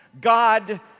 God